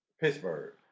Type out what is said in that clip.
Pittsburgh